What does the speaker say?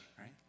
right